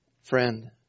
Friend